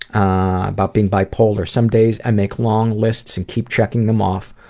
about being bipolar, some days i make long lists and keep checking them off.